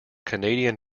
canadian